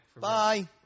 Bye